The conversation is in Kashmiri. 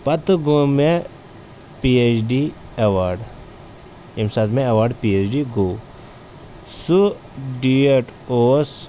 پَتہٕ گوٚو مےٚ پی اٮ۪چ ڈی اٮ۪واڈ ییٚمہِ ساتہٕ مےٚ اٮ۪واڈ پی اٮ۪چ ڈی گوٚو سُہ ڈیٹ اوس